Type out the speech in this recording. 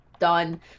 Done